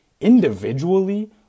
Individually